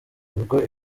nubwo